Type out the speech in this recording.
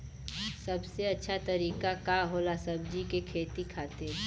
सबसे अच्छा तरीका का होला सब्जी के खेती खातिर?